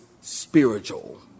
spiritual